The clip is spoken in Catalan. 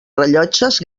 rellotges